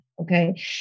okay